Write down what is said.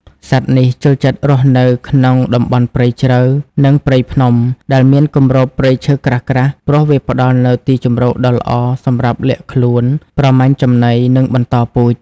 សត្វនេះចូលចិត្តរស់នៅក្នុង តំបន់ព្រៃជ្រៅ និងព្រៃភ្នំ ដែលមានគម្របព្រៃឈើក្រាស់ៗ ព្រោះវាផ្តល់នូវទីជម្រកដ៏ល្អសម្រាប់លាក់ខ្លួន ប្រមាញ់ចំណី និងបន្តពូជ។